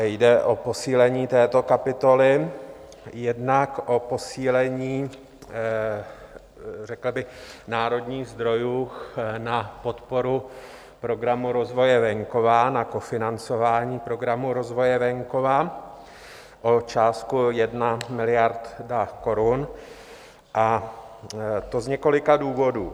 Jde o posílení této kapitoly, jednak o posílení řekl bych národních zdrojů na podporu Programu rozvoje venkova, na kofinancování Programu rozvoje venkova o částku 1 miliarda korun, a to z několika důvodů.